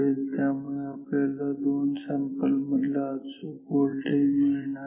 त्यामुळे आपल्याला दोन सॅम्पल मधला अचूक व्होल्टेज मिळणार नाही